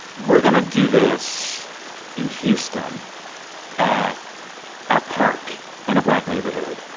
we're going to do this in houston at a park in a black neighborhood,